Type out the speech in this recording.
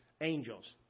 angels